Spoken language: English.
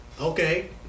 Okay